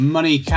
Money